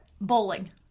bowling